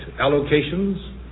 allocations